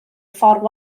ffordd